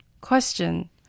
Question